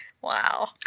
Wow